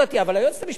אבל היועצת המשפטית,